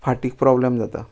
फाटीक प्रॉब्लम जाता